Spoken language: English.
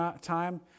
time